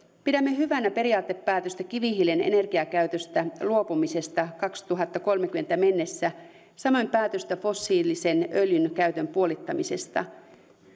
pidämme hyvänä periaatepäätöstä kivihiilen energiakäytöstä luopumisesta kaksituhattakolmekymmentä mennessä samoin päätöstä fossiilisen öljyn käytön puolittamisesta